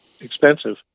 expensive